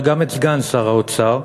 וגם את סגן שר האוצר,